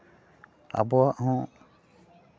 ᱟᱵᱚᱣᱟᱜ ᱦᱚᱸ